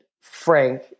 Frank